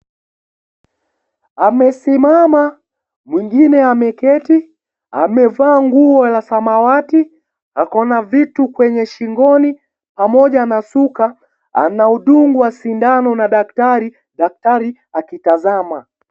Amesimama, mwingine ameketi, amevaa nguo la samawati, ako na vitu kwenye shingoni pamoja na shuka, anadungwa sindano na daktari, daktari akitazama.